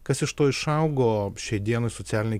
kas iš to išaugo šiai dienai socialiniai